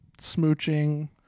smooching